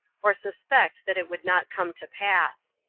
or suspect that it would not come to pass.